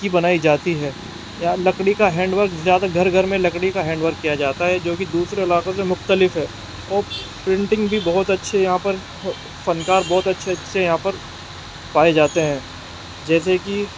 کی بنائی جاتی ہے یا لکڑی کا ہینڈ ورک زیادہ گھر گھر میں لکڑی کا ہینڈ ورک کیا جاتا ہے جو کہ دوسرے علاقوں سے مختلف ہے اور پرنٹنگ بھی بہت اچھے یہاں پر فنکار بہت اچھے اچھے یہاں پر پائے جاتے ہیں جیسے کہ